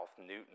Newton